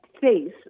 face